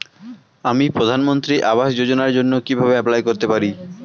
আমি প্রধানমন্ত্রী আবাস যোজনার জন্য কিভাবে এপ্লাই করতে পারি?